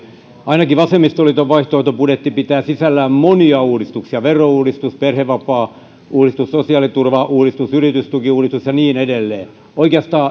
ainakin vasemmistoliiton vaihtoehtobudjetti pitää sisällään monia uudistuksia verouudistuksen perhevapaauudistuksen sosiaaliturvauudistuksen yritystukiuudistuksen ja niin edelleen